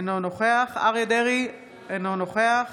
אינו נוכח אריה מכלוף דרעי, אינו נוכח